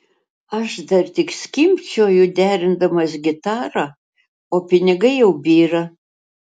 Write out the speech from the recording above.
aš dar tik skimbčioju derindamas gitarą o pinigai jau byra